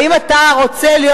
האם אתה רוצה להיות,